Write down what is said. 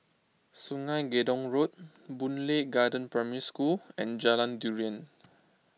Sungei Gedong Road Boon Lay Garden Primary School and Jalan Durian